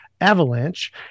avalanche